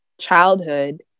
childhood